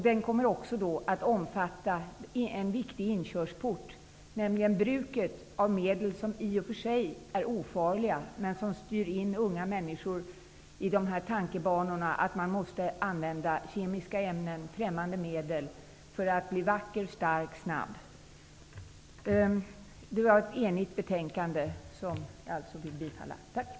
Den kommer också att omfatta vad som är en viktig inkörsport, nämligen bruket av medel som i och för sig är ofarliga men som styr in unga människor i sådana tankebanor att de tror att de måste använda kemiska ämnen, främmande medel, för att bli vackra, starka och snabba. Det är ett enigt utskott som står bakom betänkandet, vars hemställan jag yrkar bifall till.